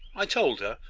i told her,